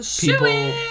People